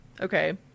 okay